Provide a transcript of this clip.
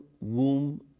womb